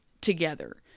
together